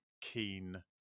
keen